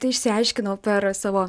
tai išsiaiškinau per savo